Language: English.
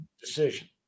decision